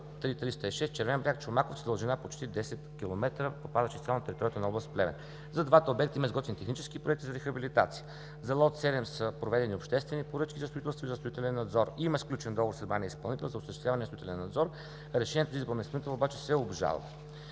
III-306, Червен бряг-Чомаковци с дължина почти 10 км, попадащи изцяло на територията на област Плевен. За двата обекта има изготвени технически проекти за рехабилитация. За лот 7 са проведени обществени поръчки за строителство и строителен надзор. Има сключен договор с избрания изпълнител за осъществяване на строителен надзор. Решението за избор на изпълнител обаче се обжалва